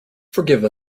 forgive